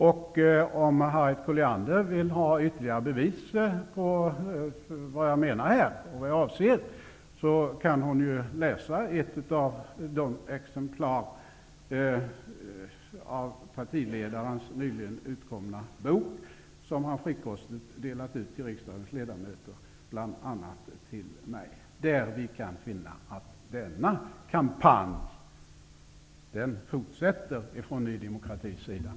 Om Harriet Colliander vill ha ytterligare bevis och exempel på vad jag avser, kan hon ju läsa ett av de exemplar av sin partiledares nyligen utkomna bok som han frikostigt delat ut till riksdagens ledamöter, bl.a. till mig. Där kan vi finna att denna kampanj från Ny demokrati fortsätter.